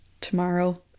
tomorrow